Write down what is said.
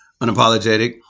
unapologetic